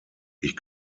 ich